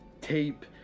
tape